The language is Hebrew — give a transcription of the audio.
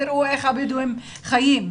תראו איך הבדואים חיים,